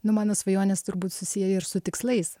nu mano svajonės turbūt susiję ir su tikslais